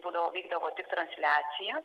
būdavo vykdavo tik transliacija